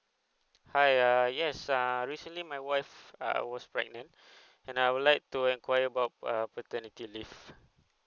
hi err yes uh recently my wife uh was pregnant and I would like to enquire about uh paternity leave